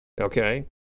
Okay